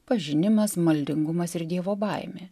pažinimas maldingumas ir dievo baimė